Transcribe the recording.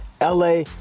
LA